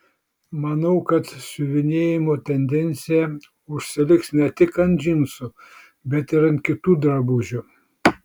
manau kad siuvinėjimo tendencija užsiliks ne tik ant džinsų bet ir ant kitų drabužių